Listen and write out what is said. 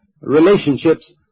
relationships